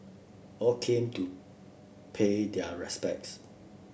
all came to pay their respects